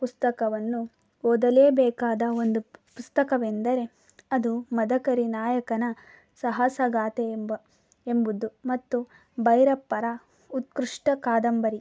ಪುಸ್ತಕವನ್ನು ಓದಲೇಬೇಕಾದ ಒಂದು ಪುಸ್ತಕವೆಂದರೆ ಅದು ಮದಕರಿ ನಾಯಕನ ಸಾಹಸಗಾಥೆ ಎಂಬ ಎಂಬುದು ಮತ್ತು ಬೈರಪ್ಪರ ಉತ್ಕೃಷ್ಟ ಕಾದಂಬರಿ